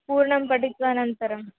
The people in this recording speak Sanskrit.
पूर्णं पठित्वा अनन्तरम्